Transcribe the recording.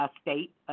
state